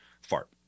fart